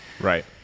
Right